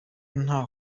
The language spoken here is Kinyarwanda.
nta